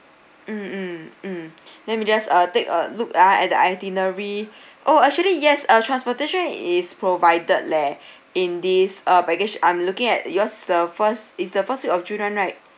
mm let me just uh take a look ah at the itinerary oh actually yes uh transportation is provided leh in this uh package I'm looking at yours the first is the first week of june [one] right